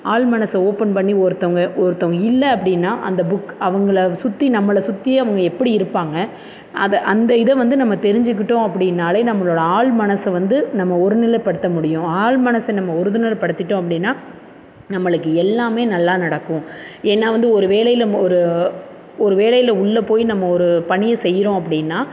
ஆழ்மனதை open பண்ணி ஒருத்தவங்க ஒருத்தவங்க இல்லை அப்படின்னா அந்த புக் அவங்கள சுற்றி நம்மளை சுற்றி அவங்க எப்படி இருப்பாங்க அதை அந்த இதை வந்து நம்ம தெரிஞ்சுக்கிட்டோம் அப்படின்னாலே நம்மளோடய ஆழ்மனசை வந்து நம்ம ஒருநிலைப்படுத்த முடியும் ஆழ் மனசை நம்ம ஒருநிலைப்படுத்திட்டோம் அப்படின்னா நம்மளுக்கு எல்லாமே நல்லா நடக்கும் ஏன்னால் வந்து ஒரு வேலையில் நம்ம ஒரு ஒரு வேலையில உள்ள போய் நம்ம ஒரு பணியை செய்கிறோம் அப்படின்னா